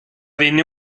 venne